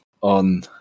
on